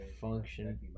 function